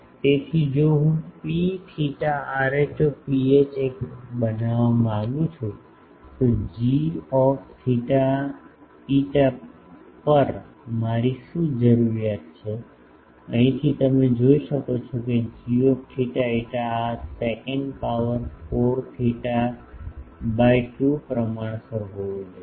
તેથી જો હું P theta rho ph એક બનાવવા માંગું છું તો gθ φ પર મારી શું જરૂરિયાત છે અહીંથી તમે જોઈ શકો છો કે gθφ આ સેકંડ પાવર 4 થીટા બાય 2 પ્રમાણસર હોવું જોઈએ